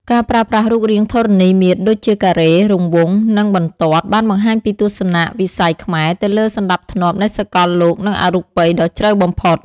ការប្រើប្រាស់រូបរាងធរណីមាត្រដូចជាការ៉េ រង្វង់ និងបន្ទាត់បានបង្ហាញពីទស្សនៈវិស័យខ្មែរទៅលើសណ្តាប់ធ្នាប់នៃសកលលោកនិងអរូបីដ៏ជ្រៅបំផុត។